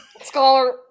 Scholar